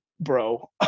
Bro